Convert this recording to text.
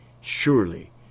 Surely